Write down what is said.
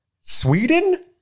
Sweden